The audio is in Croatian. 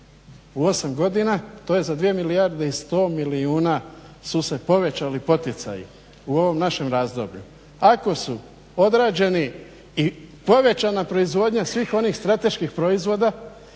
u osam godina to je za 2 milijarde i 100 milijuna su se povećali poticaji u ovom našem razdoblju. Ako su odrađeni i povećana proizvodnja svih onih strateških proizvoda,